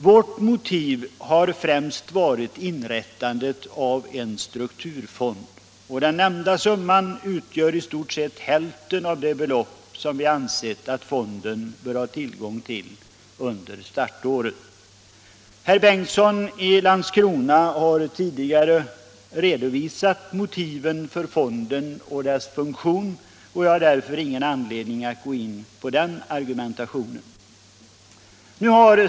Vårt motiv har främst varit inrättandet av en strukturfond och den nämnda summan utgör i stort sett hälften av det belopp som vi ansett att fonden bör ha tillgång till under startåret. Herr Bengtsson i Landskrona har tidigare redovisat motiven för fonden och dess funktion och jag har därför ingen anledning att gå in på den argumentationen.